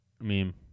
meme